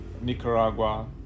Nicaragua